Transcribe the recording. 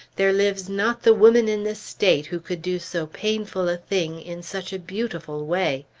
there lives not the woman in this state who could do so painful a thing in such a beautiful way.